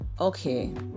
okay